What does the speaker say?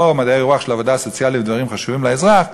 לא מדעי הרוח של עבודה סוציאלית ודברים חשובים לאזרח,